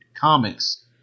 comics